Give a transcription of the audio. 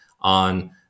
on